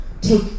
take